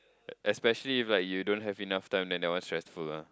especially like you don't have enough time then that one is stressful lah